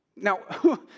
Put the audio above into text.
Now